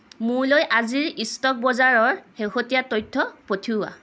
মোৰলৈ আজিৰ ষ্টক বজাৰৰ শেহতীয়া তথ্য পঠিওৱা